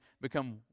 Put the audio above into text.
become